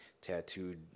tattooed